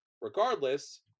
Regardless